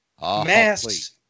masks